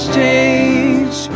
change